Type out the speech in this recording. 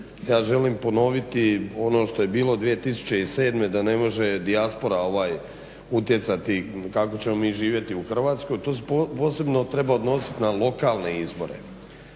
ja želim ponoviti ono što je bilo 2007., da ne može dijaspora utjecati kako ćemo mi živjeti u Hrvatskoj. To se posebno treba odnosit na lokalne izbore,